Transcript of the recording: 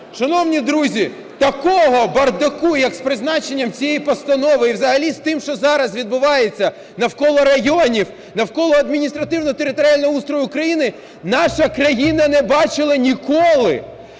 Шановні друзі, такого бардаку, як з призначенням цієї постанови, і взагалі з тим, що зараз відбувається навколо районів, навколо адміністративно-територіального устрою, України наша країна не бачила ніколи.